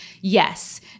yes